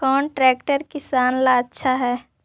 कौन ट्रैक्टर किसान ला आछा है?